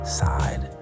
side